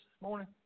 morning